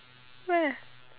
where